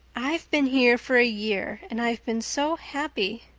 i've been here for a year and i've been so happy.